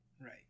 Right